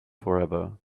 forever